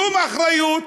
כלום אחריות,